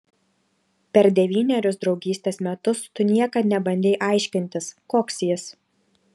per devynerius draugystės metus tu niekad nebandei aiškintis koks jis